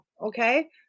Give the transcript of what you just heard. Okay